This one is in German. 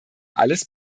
alles